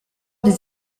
des